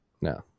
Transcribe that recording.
No